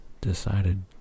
decided